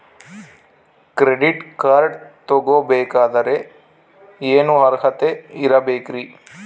Credit card ತೊಗೋ ಬೇಕಾದರೆ ಏನು ಅರ್ಹತೆ ಇರಬೇಕ್ರಿ?